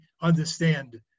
understand